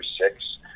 six